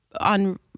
on